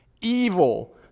evil